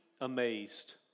amazed